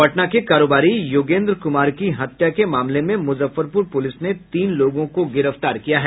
पटना के कारोबारी योगेन्द्र कुमार की हत्या के मामले में मुजफ्फरपुर पुलिस ने तीन लोगों को गिरफ्तार किया है